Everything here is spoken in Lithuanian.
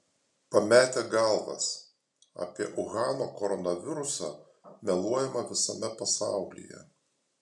pametę galvas apie uhano koronavirusą meluojama visame pasaulyje